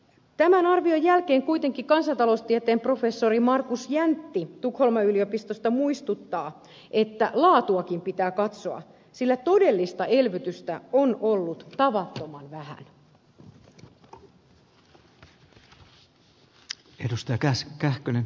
tämän arvion jälkeen kuitenkin kansantaloustieteen professori markus jäntti tukholman yliopistosta muistuttaa että laatuakin pitää katsoa sillä todellista elvytystä on ollut tavattoman vähän